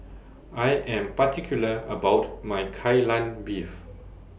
I Am particular about My Kai Lan Beef